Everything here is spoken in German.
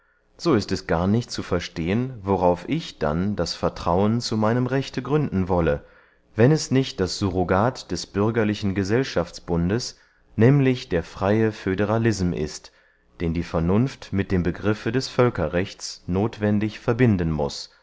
so ist es gar nicht zu verstehen worauf ich dann das vertrauen zu meinem rechte gründen wolle wenn es nicht das surrogat des bürgerlichen gesellschaftbundes nämlich der freye föderalism ist den die vernunft mit dem begriffe des völkerrechts nothwendig verbinden muß